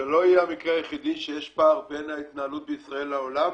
זה לא יהיה המקרה היחידי שיש פער בין ההתנהלות בישראל לעולם,